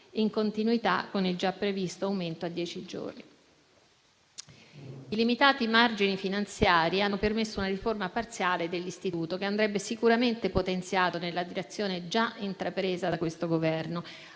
in continuità con il già previsto aumento a dieci giorni. I limitati margini finanziari hanno permesso una riforma parziale dell'istituto, che andrebbe sicuramente potenziato nella direzione già intrapresa da questo Governo,